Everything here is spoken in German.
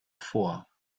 vor